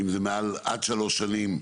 עד שלוש שנים,